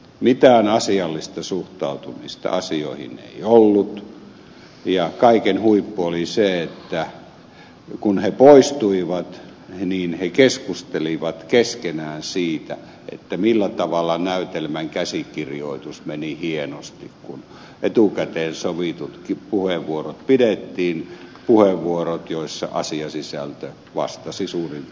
mitään asiallista suhtautumista asioihin ei ollut ja kaiken huippu oli se että kun he poistuivat niin he keskustelivat keskenään siitä millä tavalla näytelmän käsikirjoitus meni hienosti kun etukäteen sovitut puheenvuorot käytettiin puheenvuorot joissa asiasisältö vastasi suurin piirtein nollaa